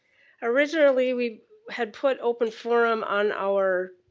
originally we had put open forum on our